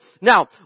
Now